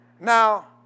Now